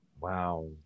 Wow